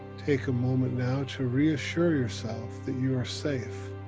take a moment now to reassure yourself that you are safe,